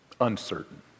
uncertain